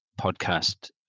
podcast